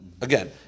again